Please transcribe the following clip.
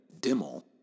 Dimmel